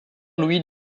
louis